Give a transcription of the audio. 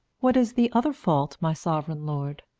what is the other fault, my sovereign lord?